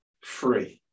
free